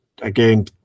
again